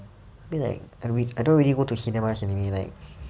I mean like I don't really go to cinemas anyway like